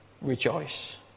rejoice